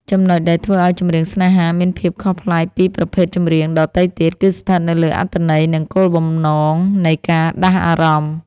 ចំណុចដែលធ្វើឱ្យ ចម្រៀងស្នេហា មានភាពខុសប្លែកពីប្រភេទចម្រៀងដទៃទៀត គឺស្ថិតនៅលើអត្ថន័យ និងគោលបំណងនៃការដាស់អារម្មណ៍។